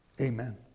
Amen